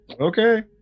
Okay